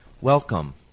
Welcome